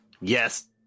Yes